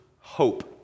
hope